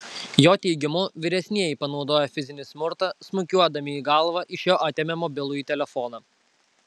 jo teigimu vyresnieji panaudoję fizinį smurtą smūgiuodami į galvą iš jo atėmė mobilųjį telefoną